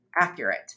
accurate